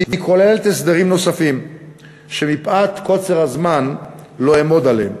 והיא כוללת הסדרים נוספים שמפאת קוצר הזמן לא אעמוד עליהם.